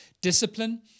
discipline